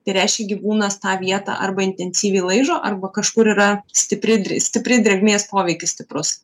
tai reiškia gyvūnas tą vietą arba intensyviai laižo arba kažkur yra stipri stipri drėgmės poveikis stiprus